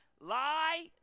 lie